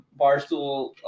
Barstool